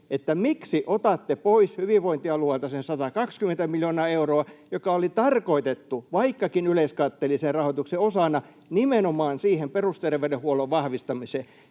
että miksi otatte pois hyvinvointialueilta sen 120 miljoonaa euroa, joka oli tarkoitettu, vaikkakin yleiskatteellisen rahoituksen osana, nimenomaan siihen perusterveydenhuollon vahvistamiseen.